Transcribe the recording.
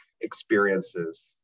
experiences